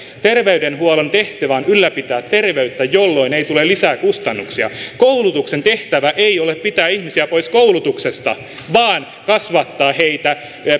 ter veydenhuollon tehtävänä on ylläpitää terveyttä jolloin ei tule lisää kustannuksia koulutuksen tehtävä ei ole pitää ihmisiä pois koulutuksesta vaan kasvattaa heitä